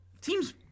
Team's